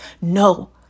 No